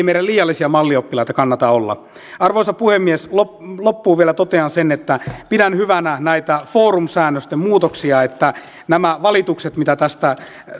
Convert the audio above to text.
meidän liiallisia mallioppilaita kannata olla arvoisa puhemies loppuun loppuun vielä totean sen että pidän hyvänä näitä forum säännösten muutoksia että nämä valitukset mitä